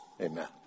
amen